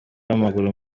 w’amaguru